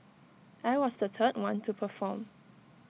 I was the third one to perform